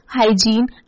hygiene